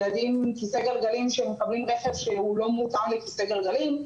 ילדים עם כיסא גלגלים שמקבלים רכב שלא מותאם לכיסא גלגלים,